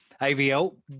AVL